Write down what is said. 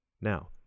Now